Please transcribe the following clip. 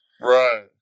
Right